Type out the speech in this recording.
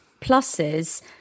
pluses